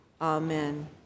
amen